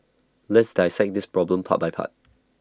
let's dissect this problem part by part